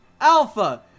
alpha